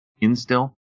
instill